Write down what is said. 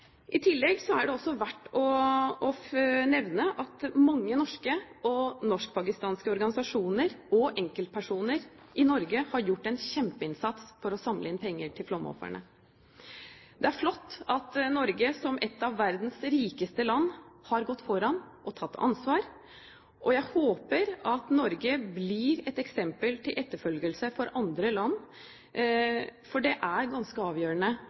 I tillegg er det også verdt å nevne at mange norske og norsk-pakistanske organisasjoner og enkeltpersoner i Norge har gjort en kjempeinnsats for å samle inn penger til flomofrene. Det er flott at Norge, som ett av verdens rikeste land, har gått foran og tatt ansvar, og jeg håper at Norge blir et eksempel til etterfølgelse for andre land. Det er ganske avgjørende